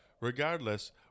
Regardless